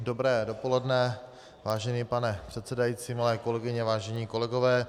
Dobré dopoledne, vážený pane předsedající, milé kolegyně, vážení kolegové.